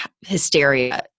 hysteria